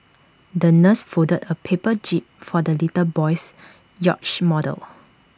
the nurse folded A paper jib for the little boy's yacht model